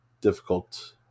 difficult